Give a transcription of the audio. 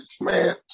Man